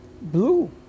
blue